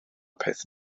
peth